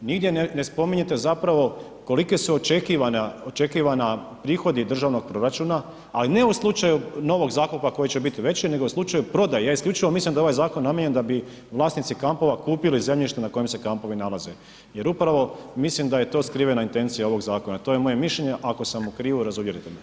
Nigdje ne spominjete zapravo koliko su očekivani prihodi državnog proračuna ali ne u slučaju novog zakupa koji će biti veći nego u slučaju prodaje, isključivo mislim da je ovaj zakon namijenjen da bi vlasnici kampova kupili zemljište na kojima se kampovi nalaze jer upravo mislim da je to skrivena intencija ovog zakona, to je moje mišljenje, ako sam u krivu, razuvjerite me.